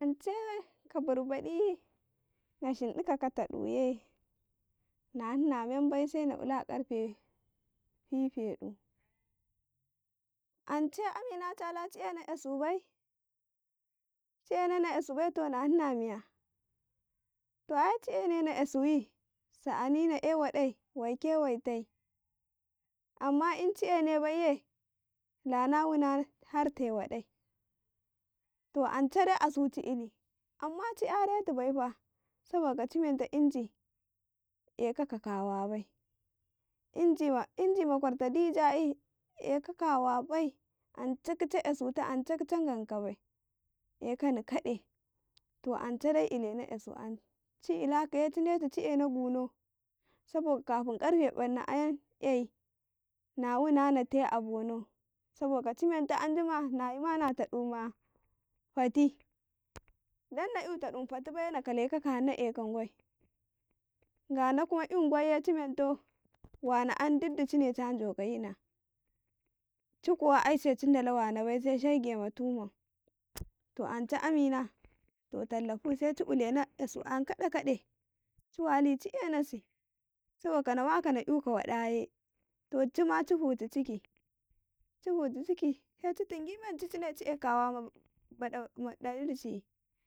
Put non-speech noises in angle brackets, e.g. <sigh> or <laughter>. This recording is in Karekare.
﻿Ance ka barbaɗi na shindika ka taduye na hna men bai sena ula arfe fifedu, ance amina cala ci ena 'yasu bai, ci enena yasu bai to na huna miya to ai ci ena na ayasuyiy sa'ani na e wadai waike tai amma in ci ene baiye la na wuna har te wadai to ance de asu ci ili amma ci yare tubaifa saboka ci amenta inji eka ka kawa bai inji ma kwarta dija'i eka kawa bai ance kuce ''yasuta, ance ganka bai ekani kaɗe to ance de ilena ''yasu ayn ci ilakaye cidetu ci ena gunau saboka kafin karfe ƃannu ayan ''yai na wuna nate abonau saboka cimentau anjuma na yimahna a tadu ma fati <noise> dan nayu tadu ma fati bai ya na kaleka kahna eka mangwai kano kuma yu ngwai ye ci mentau wana yan duk dicine dala wana bai se shege ma tumau to ance amina to <noise> tallafu se ci ulena ''yasu ''yan kade, kade <noise> ci wali ci enasi saboka nawa ka na wako na''yu wada ye to dicima ci futiciki, ci futiciki he ci tingi menci ci e kawa ma badalici.